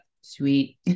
sweet